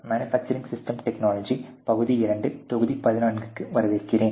manufacturing system technology பகுதி 2 தொகுதி 14 க்கு வரவேற்கிறேன்